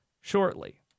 shortly